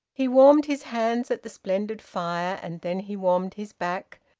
he warmed his hands at the splendid fire, and then he warmed his back,